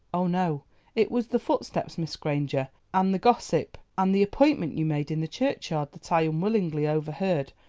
oh, no it was the footsteps, miss granger, and the gossip, and the appointment you made in the churchyard, that i unwillingly overheard,